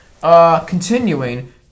Continuing